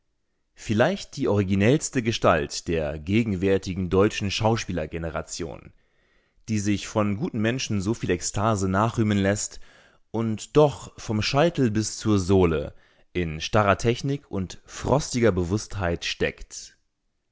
vielleicht die originellste gestalt der gegenwärtigen deutschen schauspielergeneration die sich von guten menschen so viel ekstase nachrühmen läßt und doch vom scheitel bis zur sohle in starrer technik und frostiger bewußtheit steckt